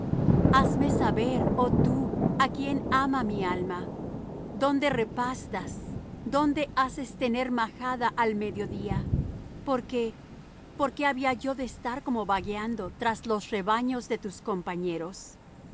hazme saber ó tú á quien ama mi alma dónde repastas dónde haces tener majada al medio día porque por qué había yo de estar como vagueando tras los rebaños de tus compañeros